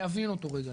להבין אותו רגע,